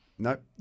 Nope